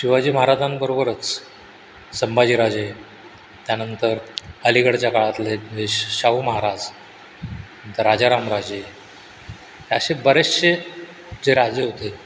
शिवाजी महाराजांबरोबरच संभाजीराजे त्यानंतर अलीकडच्या काळातले शाहू महाराज नंतर राजारामराजे असे बरेचसे जे राजे होते